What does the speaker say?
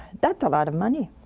that's a lot of money